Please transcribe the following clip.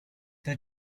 the